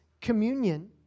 communion